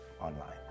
Online